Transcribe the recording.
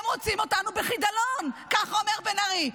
הם רוצים אותנו בעצם בחידלון ככה אומר בן ארי.